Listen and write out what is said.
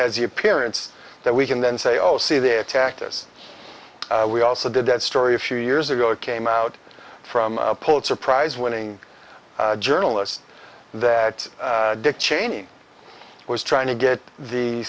has the appearance that we can then say oh see they attacked us we also did that story a few years ago it came out from pulitzer prize winning journalist that dick cheney was trying to get the